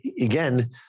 again